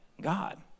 God